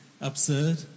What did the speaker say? absurd